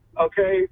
Okay